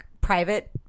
private